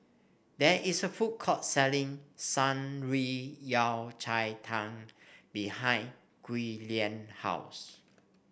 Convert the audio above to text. there is a food court selling Shan Rui Yao Cai Tang behind Giuliana house